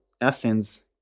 Athens